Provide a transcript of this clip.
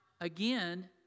again